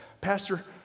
Pastor